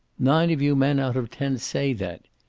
nine of you men out of ten say that.